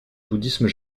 bouddhisme